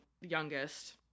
youngest